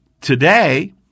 today